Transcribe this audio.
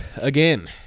again